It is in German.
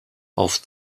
auf